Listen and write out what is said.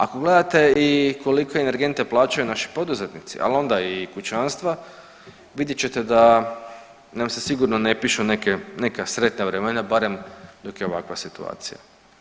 Ako gledate i koliko energente plaćaju naši poduzetnici, ali onda i kućanstva, vidjet ćete da nam se sigurno ne pišu neka sretna vremena barem dok je ovakva situacija.